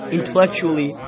Intellectually